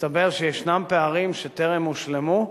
מסתבר שיש פערים שטרם הושלמו,